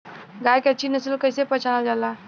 गाय के अच्छी नस्ल कइसे पहचानल जाला?